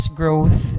growth